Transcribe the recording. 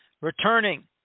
returning